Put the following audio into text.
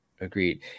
Agreed